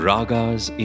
Ragas